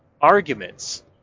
arguments